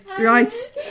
right